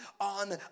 on